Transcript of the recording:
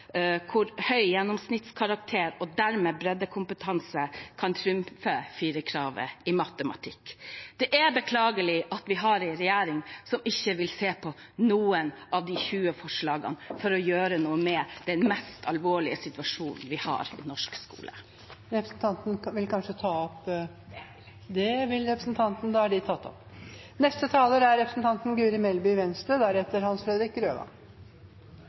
hvor høy gjennomsnittskarakter og dermed breddekompetanse kan trumfe firerkravet i matematikk. Det er beklagelig at vi har en regjering som ikke vil se på noen av de 20 forslagene for å gjøre noe med den mest alvorlige situasjonen vi har i norsk skole. Jeg tar opp de forslagene SV står alene om. Representanten Mona Fagerås har tatt opp de forslagene hun refererte til. Venstre